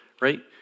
right